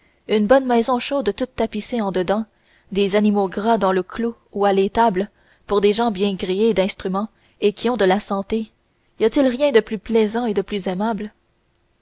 une bonne maison chaude toute tapissée en dedans des animaux gras dans le clos ou à l'étable pour des gens bien gréés d'instruments et qui ont de la santé y a-t-il rien de plus plaisant et de plus aimable